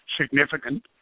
significant